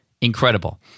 Incredible